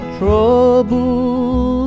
trouble